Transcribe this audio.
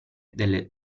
delle